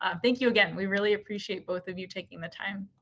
um thank you again, we really appreciate both of you taking the time?